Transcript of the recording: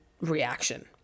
reaction